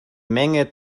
menge